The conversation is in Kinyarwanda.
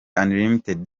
unlimited